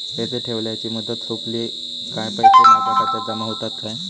पैसे ठेवल्याची मुदत सोपली काय पैसे माझ्या खात्यात जमा होतात काय?